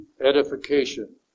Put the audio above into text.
edification